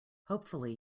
hopefully